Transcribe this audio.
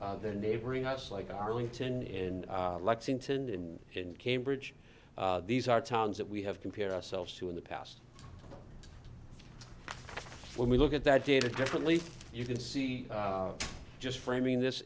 her the neighboring us like arlington in lexington in in cambridge these are towns that we have compare ourselves to in the past when we look at that data differently you can see just framing this